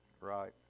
right